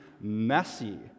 messy